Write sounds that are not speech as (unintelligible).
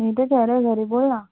मी तर (unintelligible) घरी बोल ना